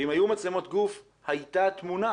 ואם היו מצלמות גוף הייתה תמונה,